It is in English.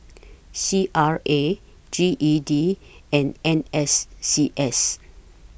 C R A G E D and N S C S